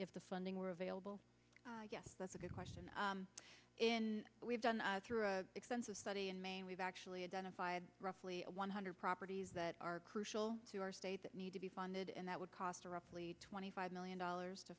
if the funding were available yes that's a good question we've done through extensive study and we've actually identified roughly one hundred properties that are crucial to our state that need to be funded and that would cost a roughly twenty five million dollars to